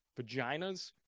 vaginas